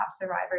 survivors